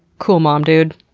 cool mom, dude!